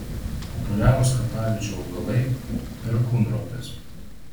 populiarūs kapaviečių augalai perkūnropės